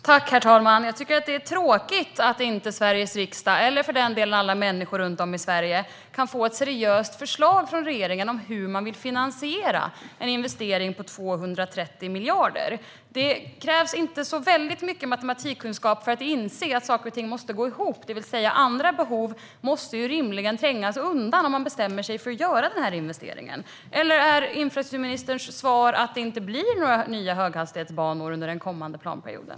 Herr talman! Jag tycker att det är tråkigt att Sveriges riksdag eller för den delen alla människor runt om i Sverige inte kan få ett seriöst förslag från regeringen om hur man vill finansiera en investering på 230 miljarder. Det krävs inte så väldigt mycket matematikkunskap för att inse att saker och ting måste gå ihop, det vill säga andra behov måste rimligen trängas undan om man bestämmer sig för att göra den här investeringen. Eller är infrastrukturministerns svar att det inte blir några nya höghastighetsbanor under den kommande planperioden?